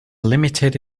limited